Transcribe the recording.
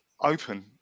open